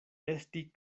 esti